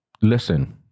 Listen